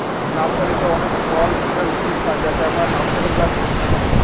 নার্সারিতে অনেক ফল ফুলের উদ্ভিদ পাই যাকে আমরা নার্সারি প্লান্ট বলি